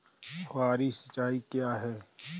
फुहारी सिंचाई क्या है?